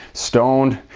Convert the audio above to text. stoned,